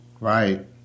Right